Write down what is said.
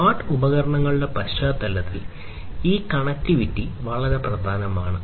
smart ഉപകരണങ്ങളുടെ പശ്ചാത്തലത്തിൽ ഈ കണക്റ്റിവിറ്റി പ്രശ്നം വളരെ പ്രധാനമാണ്